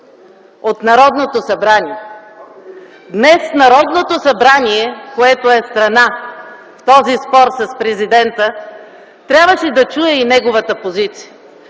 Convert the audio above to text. от Народното събрание. Днес Народното събрание, което е страна в този спор с президента, трябваше да чуе и неговата позиция.